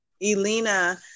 Elena